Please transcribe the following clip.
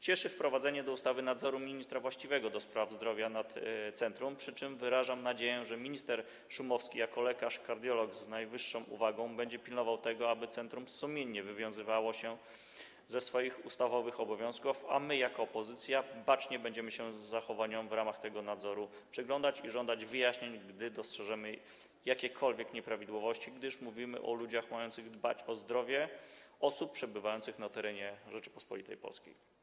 Cieszy wprowadzenie do ustawy nadzoru ministra właściwego do spraw zdrowia nad centrum, przy czym wyrażam nadzieję, że minister Szumowski jako lekarz kardiolog z najwyższą uwagą będzie pilnował tego, aby centrum sumiennie wywiązywało się ze swoich ustawowych obowiązków, a my jako opozycja bacznie będziemy się zachowaniom w ramach tego nadzoru przyglądać i żądać wyjaśnień, gdy dostrzeżemy jakiekolwiek nieprawidłowości, gdyż mówimy o ludziach mających dbać o zdrowie osób przebywających na terenie Rzeczypospolitej Polskiej.